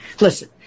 listen